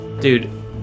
dude